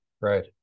right